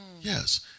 Yes